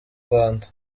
rwanda